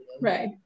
Right